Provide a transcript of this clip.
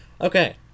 Okay